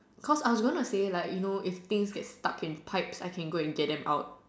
cause I was gonna say like you know if things are stuck in pipes I can go and get them out